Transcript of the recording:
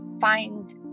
find